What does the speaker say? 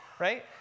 Right